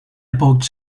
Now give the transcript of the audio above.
epoch